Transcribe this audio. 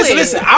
listen